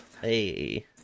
hey